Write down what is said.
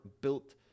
built